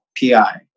PI